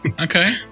Okay